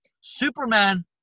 Superman